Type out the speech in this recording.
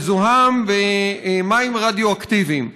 מזוהם במים רדיואקטיביים.